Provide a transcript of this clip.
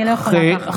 אני לא יכולה ככה.